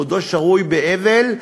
בעודו שרוי באבל,